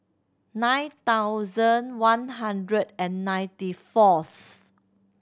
nine thousand one hundred and ninety fourth